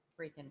freaking